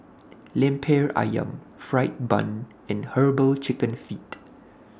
Lemper Ayam Fried Bun and Herbal Chicken Feet